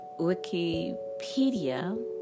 Wikipedia